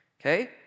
okay